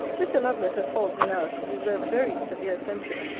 mr. lovelace has faults enow to deserve very severe censure,